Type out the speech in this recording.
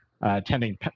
attending